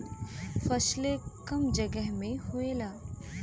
फसलो कम जगह मे होएला